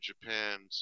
Japan